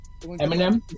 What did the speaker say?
Eminem